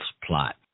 Plot